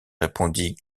répondit